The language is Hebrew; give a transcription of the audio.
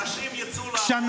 בוא תדאג לאנשים לצאת לעבוד.